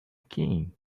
king